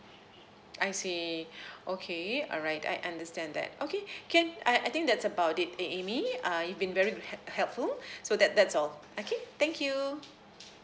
I see okay alright I understand that okay can I I think that's about it uh amy uh you've been very help~ helpful so that that's all okay thank you